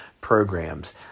programs